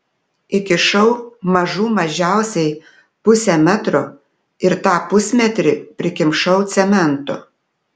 įkišau mažų mažiausiai pusę metro ir tą pusmetrį prikimšau cemento